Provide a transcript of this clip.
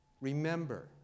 Remember